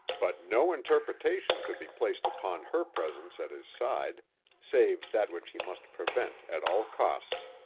but no interpretation could be placed upon her presence at his side save that which he must prevent at all costs.